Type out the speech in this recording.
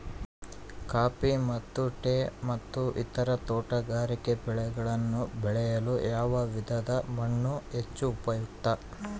Coffee ಮತ್ತು tea ಮತ್ತು ಇತರ ತೋಟಗಾರಿಕೆ ಬೆಳೆಗಳನ್ನು ಬೆಳೆಯಲು ಯಾವ ವಿಧದ ಮಣ್ಣು ಹೆಚ್ಚು ಉಪಯುಕ್ತ?